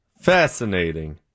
Fascinating